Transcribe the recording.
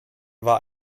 war